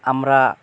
আমরা